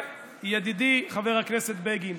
ידידי, חבר הכנסת בגין: